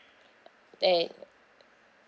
ten